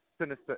sinister